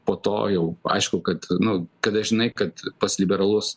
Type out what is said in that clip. po to jau aišku kad nu kada žinai kad pas liberalus